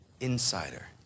insider